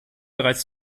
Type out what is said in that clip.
bereits